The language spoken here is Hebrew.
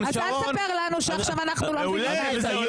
אז אל תספר לנו שעכשיו אנחנו לא מבינים מה זה.